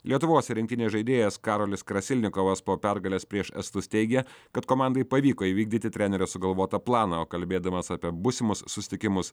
lietuvos rinktinės žaidėjas karolis krasilnikovas po pergalės prieš estus teigė kad komandai pavyko įvykdyti trenerio sugalvotą planą o kalbėdamas apie būsimus susitikimus